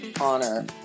honor